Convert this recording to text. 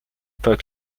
pas